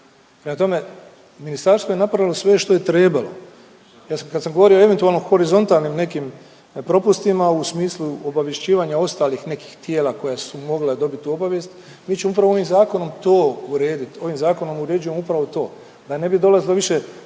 Prema tome, ministarstvo je napravilo sve što je trebalo. Ja kad sam govorio o eventualno horizontalnim nekim propustima u smislu obavješćivanja ostalih nekih tijela koja su mogla dobiti tu obavijest mi ćemo upravo ovim zakonom to urediti. Ovim zakonom uređujemo upravo to. Da ne bi dolazilo više,